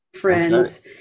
Friends